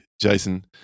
Jason